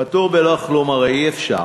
פטור בלא כלום אי-אפשר,